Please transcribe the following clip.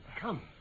come